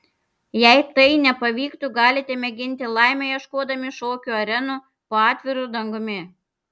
jei tai nepavyktų galite mėginti laimę ieškodami šokių arenų po atviru dangumi